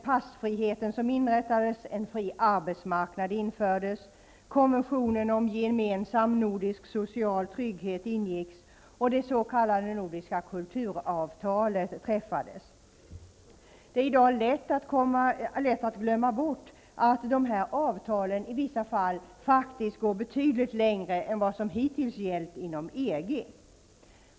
Passfriheten inrättades, en fri arbetsmarknad infördes, konventionen om gemensam nordisk social trygghet ingicks och det s.k. nordiska kulturavtalet träffades. Det är i dag lätt att glömma bort att de här avtalen i vissa fall faktiskt går betydligt längre än vad som hittills gällt inom EG.